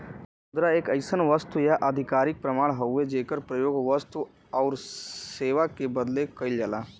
मुद्रा एक अइसन वस्तु या आधिकारिक प्रमाण हउवे जेकर प्रयोग वस्तु आउर सेवा क बदले कइल जाला